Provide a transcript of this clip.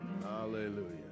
Hallelujah